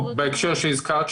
בהקשר שהזכרת,